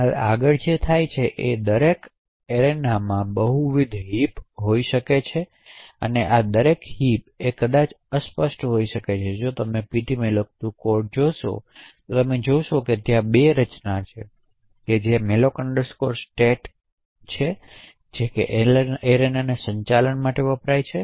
હવે આગળ જે થાય છે તે એ છે કે દરેક એરેનામાં બહુવિધ હિપ હોઈ શકે છે આ દરેક હિપ કદાચ અસ્પષ્ટ હોઈ શકે છે અને જો તમે ptmalloc2 કોડ જોશો તો તમે જોશો કે ત્યાં 2 રચનાઓ છે જે malloc state માળખું આવશ્યક રીતે એરેના સંચાલન માટે વપરાય છે